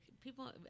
people